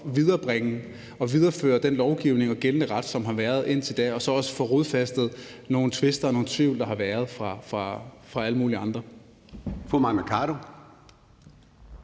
og videreføre den lovgivning og gældende ret, som der har været indtil nu, og også få håndteret nogle tvister og noget tvivl, der har været forskellige steder